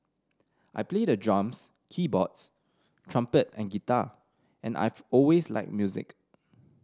I play the drums keyboards trumpet and guitar and I've always liked music